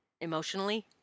emotionally